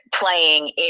playing